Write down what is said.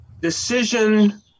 decision